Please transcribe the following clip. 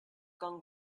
gone